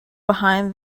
behind